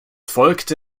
folgte